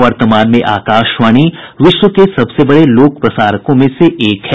वर्तमान में आकाशवाणी विश्व के सबसे बड़े लोक प्रसारकों में एक है